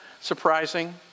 surprising